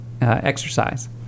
exercise